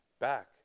back